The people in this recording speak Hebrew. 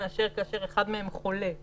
לעומת מצב שאחד מהם חולה,